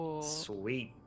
Sweet